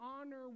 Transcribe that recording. honor